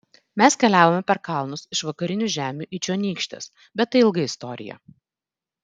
mes keliavome per kalnus iš vakarinių žemių į čionykštes bet tai ilga istorija